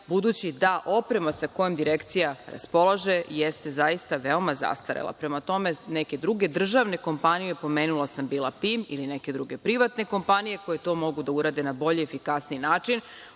budući da oprema sa kojom Direkcija raspolaže, jeste zaista veoma zastarela. Prema tome, neke druge državne kompanije, pomenula sam bila „PIN“ ili neke druge privatne kompanije koje to mogu da urade na bolji i efikasniji način,